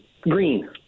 green